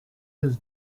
his